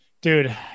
Dude